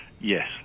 Yes